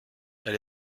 elle